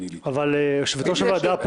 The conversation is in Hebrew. והנושא הזה,